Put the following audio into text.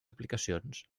aplicacions